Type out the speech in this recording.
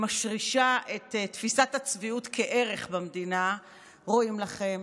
שמשרישה את תפיסת הצביעות כערך במדינה: רואים אתכם,